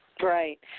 Right